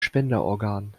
spenderorgan